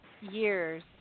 years